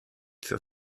für